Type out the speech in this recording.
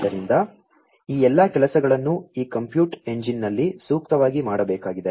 ಆದ್ದರಿಂದ ಈ ಎಲ್ಲಾ ಕೆಲಸಗಳನ್ನು ಈ ಕಂಪ್ಯೂಟ್ ಎಂಜಿನ್ನಲ್ಲಿ ಸೂಕ್ತವಾಗಿ ಮಾಡಬೇಕಾಗಿದೆ